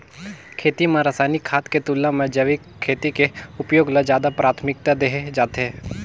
खेती म रसायनिक खाद के तुलना म जैविक खेती के उपयोग ल ज्यादा प्राथमिकता देहे जाथे